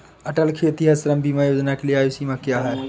अटल खेतिहर श्रम बीमा योजना के लिए आयु सीमा क्या है?